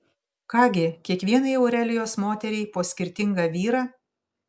ką gi kiekvienai aurelijos moteriai po skirtingą vyrą